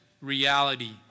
reality